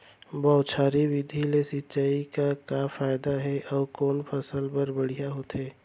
बौछारी विधि ले सिंचाई के का फायदा हे अऊ कोन फसल बर बढ़िया होथे?